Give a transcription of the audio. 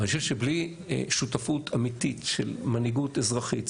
אבל אני חושב שבלי שותפות אמיתית של מנהיגות אזרחית,